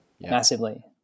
massively